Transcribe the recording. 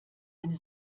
eine